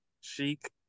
chic